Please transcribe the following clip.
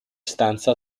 stanza